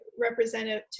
representative